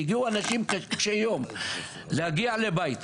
אנשים קשי יום שהגיעו לבית,